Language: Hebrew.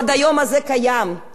קוראים לזה עיתון "פראבדה",